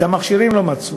את המכשירים לא מצאו.